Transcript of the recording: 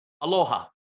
Aloha